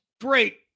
great